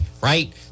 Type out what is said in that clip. right